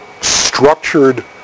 structured